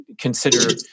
consider